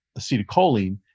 acetylcholine